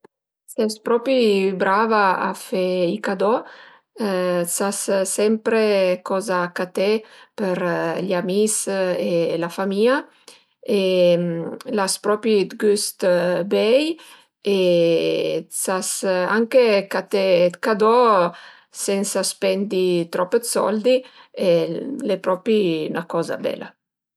Ses propi brava a fe i cadò, s'as sempre coza caté për i amis e la famìa e l'as propi d'güst bei e sas anche caté d'cadò sensa spendi trop d'soldi e al e propi 'na coza bela